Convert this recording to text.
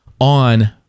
on